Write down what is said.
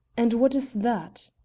and what is that?